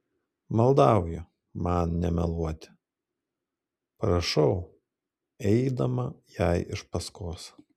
maldauju man nemeluoti prašau eidama jai iš paskos